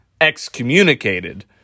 excommunicated